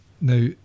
Now